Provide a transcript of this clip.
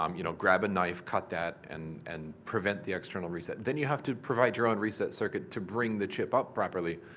um you know, grab a knife, cut that, and and prevent the external reset. then you have to provide your own reset circuit, to bring the chip up properly.